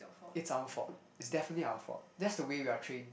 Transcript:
it's our fault it's definitely our fault that's the way we're trained